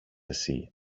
εσύ